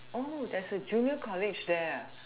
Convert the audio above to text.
oh there's a junior college there ah